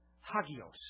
Hagios